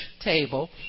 table